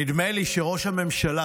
נדמה לי שראש הממשלה,